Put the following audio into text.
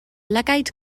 lygaid